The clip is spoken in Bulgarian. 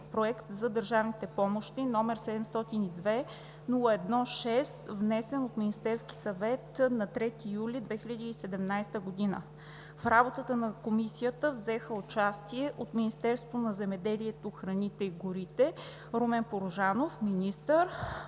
Законопроект за държавните помощи, № 702-01-6, внесен от Министерския съвет на 3 юли 2017 г. В работата на Комисията взеха участие – от Министерството на земеделието, храните и горите: Румен Порожанов – министър.